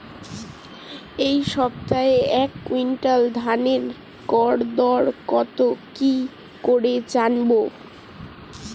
এই সপ্তাহের এক কুইন্টাল ধানের গর দর কত কি করে জানবো?